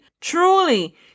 Truly